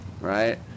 right